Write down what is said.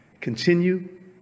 continue